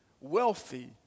wealthy